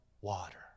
water